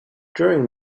during